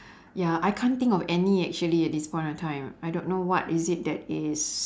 ya I can't think of any actually at this point of time I don't know what is it that is